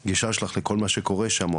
כל מה שקורה שם,